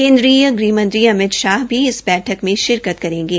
केन्द्रीय ग़हमंत्री अमित शाह भी इस बैठक में शिरकत करेंगे